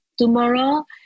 tomorrow